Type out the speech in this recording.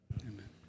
Amen